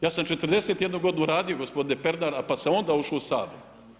Ja sam 41 godinu radio gospodine Pernar pa sam onda ušao u Sabor.